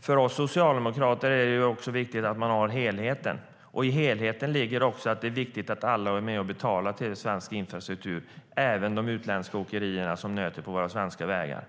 För oss socialdemokrater är det viktigt att man har helheten, och i helheten ligger att det är viktigt att alla är med och betalar till svensk infrastruktur, även de utländska åkerierna som nöter på våra svenska vägar.